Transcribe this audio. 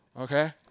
okay